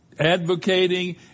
advocating